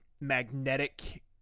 magnetic